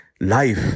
life